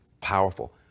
powerful